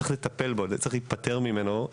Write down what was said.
צריך לטפל בו ולהיפטר ממנו.